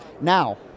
Now